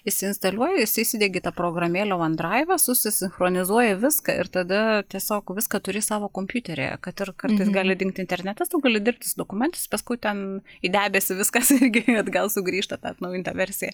įsinstaliuoji įsi įsidiegi tą programėlę uondraivą susisinchronizuoji viską ir tada tiesiog viską turi savo kompiuteryje kad ir kartais gali dingti internetas tu gali dirbti su dokumentais paskui ten į debesį viskas irgi atgal sugrįžta ta atnaujinta versija